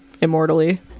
immortally